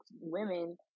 women